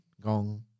Gong